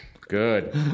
Good